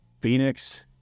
Phoenix